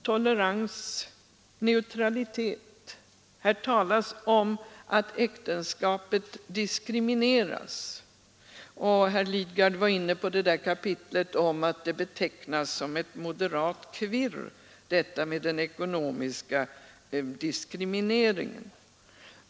Tolerans, neutralitet: Här talas om att äktenskapet diskrimineras, och herr Lidgard var inne på kapitlet om att talet om den ekonomiska diskrimineringen betecknas som moderat kvirr.